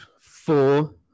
four